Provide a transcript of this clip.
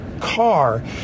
car